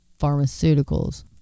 pharmaceuticals